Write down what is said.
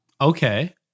Okay